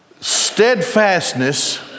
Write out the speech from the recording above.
Steadfastness